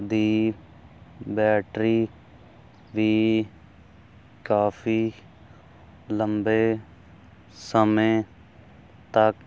ਦੀ battery ਵੀ ਕਾਫੀ ਲੰਬੇ ਸਮੇਂ ਤੱਕ